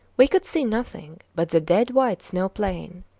we could see nothing but the dead-white snow plain.